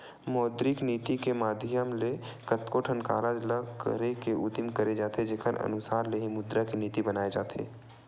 मौद्रिक नीति के माधियम ले कतको ठन कारज ल करे के उदिम करे जाथे जेखर अनसार ले ही मुद्रा के नीति बनाए जाथे